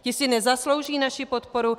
Ti si nezaslouží naši podporu?